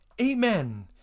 Amen